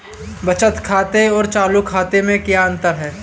बचत खाते और चालू खाते में क्या अंतर है?